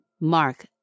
Mark